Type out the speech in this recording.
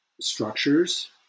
structures